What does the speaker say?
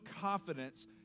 confidence